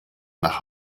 nach